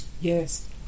yes